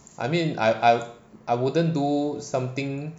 I mean I I wouldn't do something